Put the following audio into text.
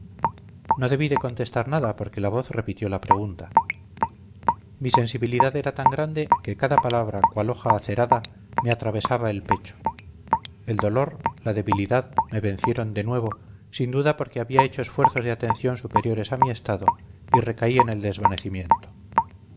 no debí de contestar nada porque la voz repitió la pregunta mi sensibilidad era tan grande que cada palabra cual hoja acerada me atravesaba el pecho el dolor la debilidad me vencieron de nuevo sin duda porque había hecho esfuerzos de atención superiores a mi estado y recaí en el desvanecimiento